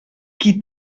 qui